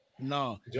No